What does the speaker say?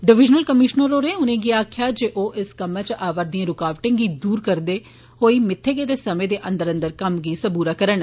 divisional commissioner होरें उनेंगी आखेआ जे ओह इस कम्मै च आवैषदी रूकाबटे गी दूर करदे होई मित्थे गेदे समें दे अंदर अंदर कम्म सबूरा करन